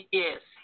yes